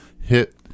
hit